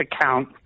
account